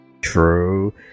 True